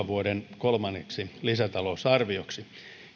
vuoden kolmanneksi lisätalousarvioksi